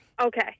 Okay